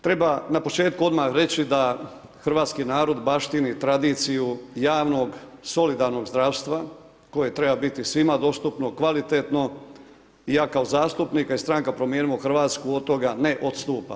Treba na početku odmah reći da hrvatski narod baštini tradiciju javnog, solidarnog zdravstva koje treba biti svima dostupno, kvalitetno i ja kao zastupnik, a i stranka Promijenimo Hrvatsku od toga ne odstupa.